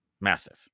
massive